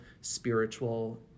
spiritual